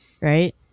Right